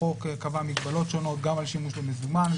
החוק קבע מגבלות שונות גם על שימוש במזומן,